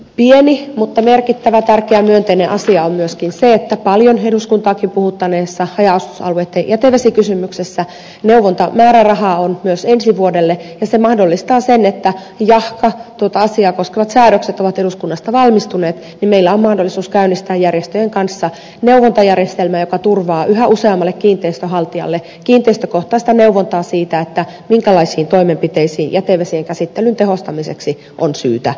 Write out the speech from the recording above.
pieni mutta merkittävä tärkeä ja myönteinen asia on myöskin se että paljon eduskuntaakin puhuttaneessa haja asutusalueitten jätevesikysymyksessä neuvontamäärärahaa on myös ensi vuodelle ja se mahdollistaa sen että jahka tuota asiaa koskevat säädökset ovat eduskunnasta valmistuneet meillä on mahdollisuus käynnistää järjestöjen kanssa neuvontajärjestelmä joka turvaa yhä useammalle kiinteistönhaltijalle kiinteistökohtaista neuvontaa siitä minkälaisiin toimenpiteisiin jätevesien käsittelyn tehostamiseksi on syytä ryhtyä